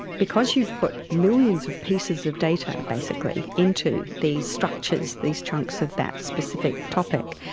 because you've put millions of pieces of data basically into these structures, these chunks of that specific topic,